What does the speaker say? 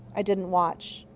i didn't watch.